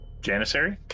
Janissary